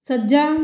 ਸੱਜਾ